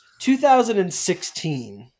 2016